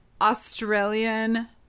australian